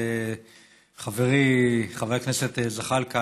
חברי חבר הכנסת זחאלקה,